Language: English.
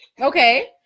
Okay